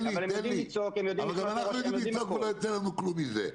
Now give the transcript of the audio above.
גם אנחנו יודעים לצעוק, ולא יוצא לנו כלום מזה.